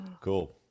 Cool